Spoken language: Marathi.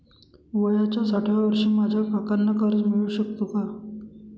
वयाच्या साठाव्या वर्षी माझ्या काकांना कर्ज मिळू शकतो का?